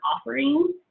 offering